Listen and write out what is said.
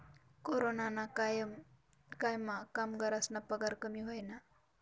कोरोनाना कायमा कामगरस्ना पगार कमी व्हयना